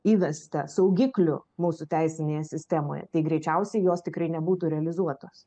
įvesta saugiklių mūsų teisinėje sistemoje tai greičiausiai jos tikrai nebūtų realizuotos